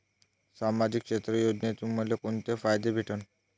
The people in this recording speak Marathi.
सामाजिक क्षेत्र योजनेतून मले कोंते फायदे भेटन?